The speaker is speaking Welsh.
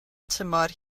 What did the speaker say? tymor